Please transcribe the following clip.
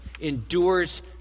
endures